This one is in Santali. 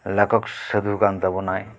ᱞᱮᱠᱷᱚᱠ ᱥᱟᱫᱷᱩ ᱠᱟᱱ ᱛᱟᱵᱚᱱᱟᱭ